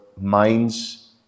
mind's